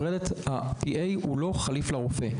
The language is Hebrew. ה-PA הוא לא חליפי לרופא.